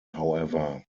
however